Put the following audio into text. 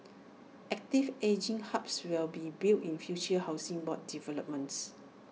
active ageing hubs will be built in future Housing Board developments